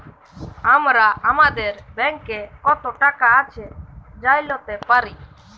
আমরা আমাদের ব্যাংকে কত টাকা আছে জাইলতে পারি